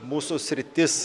mūsų sritis